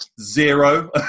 zero